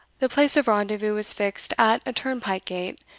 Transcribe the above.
the place of rendezvous was fixed at a turnpike-gate,